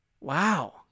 Wow